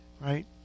right